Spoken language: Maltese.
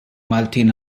maltin